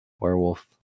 werewolf